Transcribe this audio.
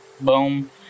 boom